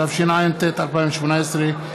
התשע"ט 2018,